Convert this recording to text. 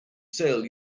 sale